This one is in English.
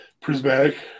Prismatic